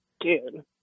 Dude